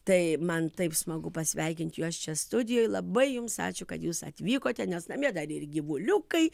tai man taip smagu pasveikinti juos čia studijoj labai jums ačiū kad jūs atvykote nes namie dar ir gyvuliukai